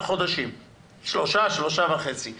שלושה וחצי חודשים.